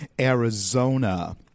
Arizona